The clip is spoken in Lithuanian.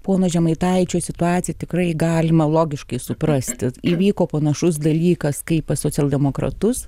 pono žemaitaičio situaciją tikrai galima logiškai suprasti kad įvyko panašus dalykas kaip pas socialdemokratus